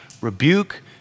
rebuke